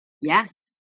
Yes